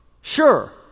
Sure